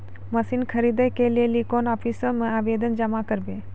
Machine खरीदै के लेली कोन आफिसों मे आवेदन जमा करवै?